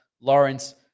Lawrence